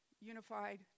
unified